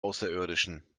außerirdischen